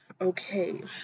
okay